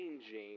changing